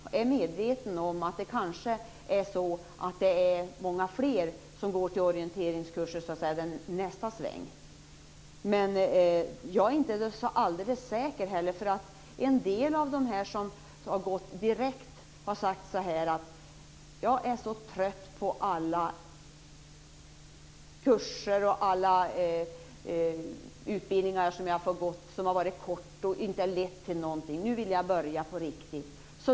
Det kan bli många fler som söker sig till orienteringskurser i nästa omgång. Men jag är inte så alldeles säker på det. En del av dem som har gått direkt har sagt: Jag är så trött på alla kurser och alla korta utbildningar som inte har lett till någonting. Nu vill jag börja på något riktigt.